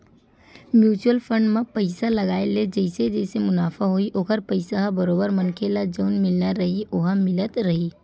mutual fund म पइसा लगाय ले जइसे जइसे मुनाफ होही ओखर पइसा ह बरोबर मनखे ल जउन मिलना रइही ओहा मिलत जाही